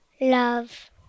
Love